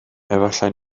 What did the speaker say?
efallai